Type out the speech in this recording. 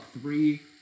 three